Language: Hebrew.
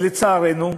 לצערנו,